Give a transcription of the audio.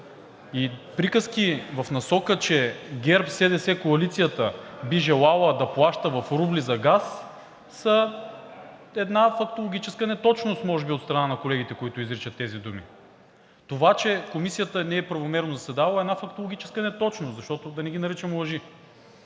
И приказки в насока, че Коалицията ГЕРБ-СДС би желала да плаща в рубли за газ, са една фактологическа неточност може би от страна на колегите, които изричат тези думи. Това, че Комисията неправомерно е заседавала, е една фактологическа неточност, да не ги наричам лъжи,